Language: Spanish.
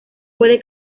puede